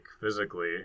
physically